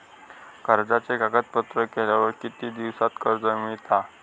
कर्जाचे कागदपत्र केल्यावर किती दिवसात कर्ज मिळता?